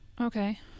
Okay